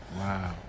Wow